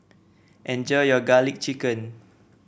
enjoy your garlic chicken